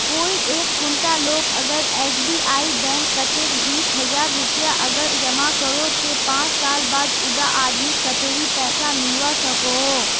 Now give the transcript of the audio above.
कोई एक कुंडा लोग अगर एस.बी.आई बैंक कतेक बीस हजार रुपया अगर जमा करो ते पाँच साल बाद उडा आदमीक कतेरी पैसा मिलवा सकोहो?